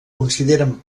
consideren